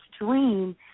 dream